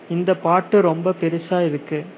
இந்த பாட்டு ரொம்ப பெரிசாக இருக்கு